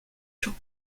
furent